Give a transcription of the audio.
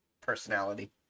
personality